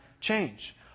change